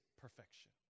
perfection